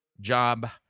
Job